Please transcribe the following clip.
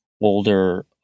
older